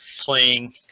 playing